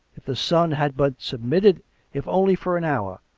if the son had but submitted if only for an hour,